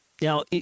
Now